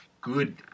good